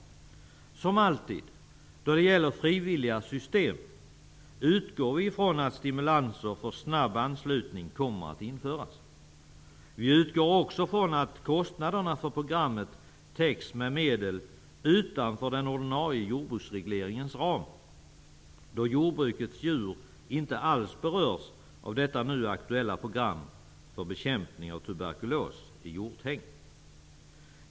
Som alltid då det gäller frivilliga system utgår vi från att stimulanser för snabb anslutning kommer att införas. Vi utgår också från att kostnaderna för programmet täcks med medel utanför den ordinarie jordbrukarregleringens ram då jordbrukets djur inte alls berörs av det nu aktuella programmet för bekämpning av tuberkulos i hjorthägn.